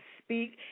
speak